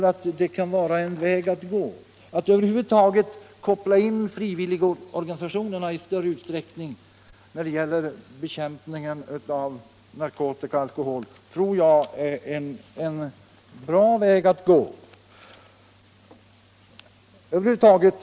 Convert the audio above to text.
Att vidta sådana åtgärder och över huvud taget att koppla in frivilligorganisationerna i större utsträckning, när det gäller bekämpningen av narkotika och alkohol, tror jag är ett bra tillvägagångssätt.